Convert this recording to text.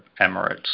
Emirates